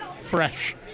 fresh